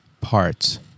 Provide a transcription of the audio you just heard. Parts